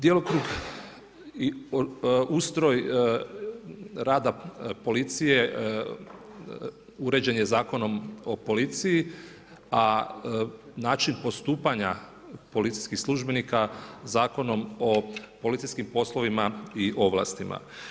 Djelokrug i ustroj rada policije uređen je Zakonom o policiji, a način postupanja policijskih službenika Zakonom o policijskim poslovima i ovlastima.